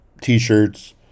T-shirts